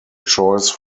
choice